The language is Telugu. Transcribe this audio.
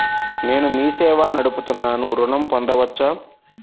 నేను మీ సేవా నడుపుతున్నాను ఋణం పొందవచ్చా?